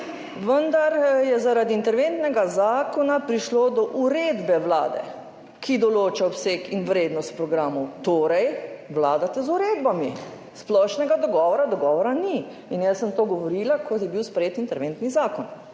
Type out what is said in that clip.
vendar je zaradi interventnega zakona prišlo do uredbe Vlade, ki določa obseg in vrednost programov. Torej vladate z uredbami, splošnega dogovora ni. In jaz sem to govorila, ko je bil sprejet interventni zakon.